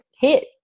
hit